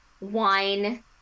wine